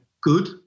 good